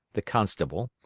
the constable,